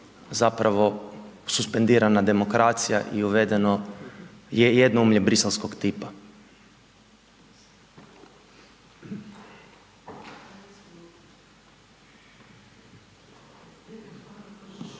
zapravo suspendirana demokracija i uvedeno je jednoumlje briselskog tipa.